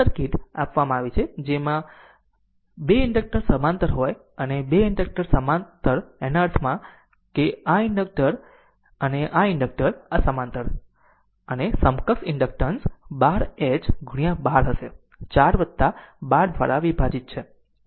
આ સર્કિટ આપવામાં આવે છે જ્યારે 2 ઇન્ડક્ટર્સ સમાંતર ત્યાં હોય છે અને આ 2 ઇન્ડક્ટર્સ સમાંતર અર્થમાં હોય છે કે આ ઇન્ડક્ટર આ આ ઇન્ડક્ટર અને આ ઇન્ડક્ટર આ સમાંતર અર્થ છે કે સમકક્ષ ઇન્ડક્ટન્સ 12 એચ 12 હશે 4 વત્તા 12 દ્વારા વિભાજિત છે